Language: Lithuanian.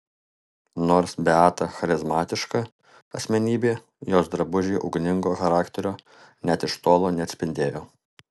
nors beata charizmatiška asmenybė jos drabužiai ugningo charakterio net iš tolo neatspindėjo